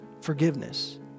forgiveness